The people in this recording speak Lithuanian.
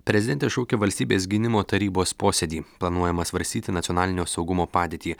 prezidentė šaukia valstybės gynimo tarybos posėdį planuojama svarstyti nacionalinio saugumo padėtį